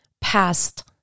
past